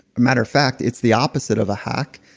matter of fact, it's the opposite of a hack.